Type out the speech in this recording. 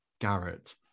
Garrett